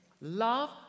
love